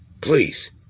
Please